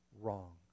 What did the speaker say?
wrong